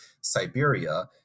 siberia